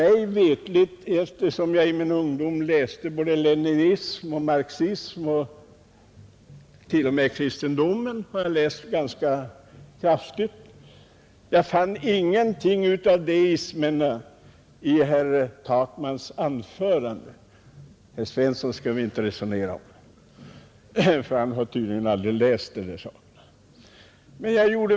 I min ungdom läste jag både leninism och marxism — till och med kristendom har jag läst — men jag fann ingenting därav i herr Takmans anförande. Herr Svensson i Malmö skall vi inte resonera om, ty han har tydligen aldrig läst dessa saker.